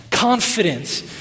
Confidence